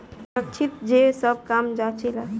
निरीक्षक जे सब काम के जांचे ला